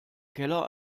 keller